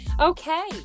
Okay